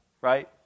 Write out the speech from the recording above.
right